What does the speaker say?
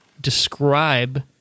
describe